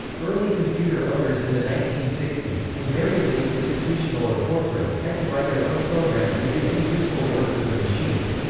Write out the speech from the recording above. early computer owners in the nineteen sixty s, invariably institutional or corporate, had to write their own programs to do any useful work with the machines.